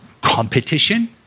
competition